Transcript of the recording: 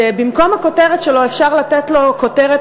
שבמקום הכותרת שלו אפשר לתת לו כותרת